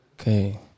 Okay